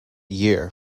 year